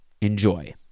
enjoy